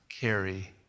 carry